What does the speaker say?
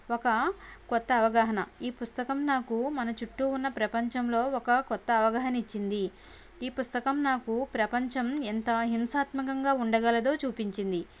ఒక కొత్త అవగాహన ఈ పుస్తకం నాకు మన చుట్టూ ఉన్నా ప్రపంచంలో ఒక కొత్త అవగాహన ఇచ్చింది ఈ పుస్తకం నాకు ప్రపంచం ఎంత హింసాత్మకంగా ఉండగలదో చూపించింది